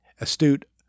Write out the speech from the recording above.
astute